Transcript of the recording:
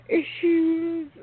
issues